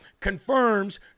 confirms